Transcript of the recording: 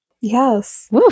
Yes